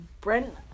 Brent